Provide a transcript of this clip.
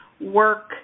work